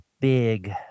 big